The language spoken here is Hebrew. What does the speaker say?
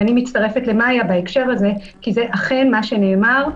אני מצטרפת למאיה בהקשר הזה כי זה אכן מה שנאמר,